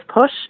push